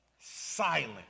silent